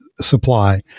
supply